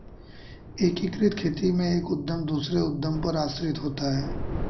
एकीकृत खेती में एक उद्धम दूसरे उद्धम पर आश्रित होता है